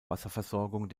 wasserversorgung